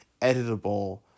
editable